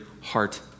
heart